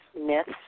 myths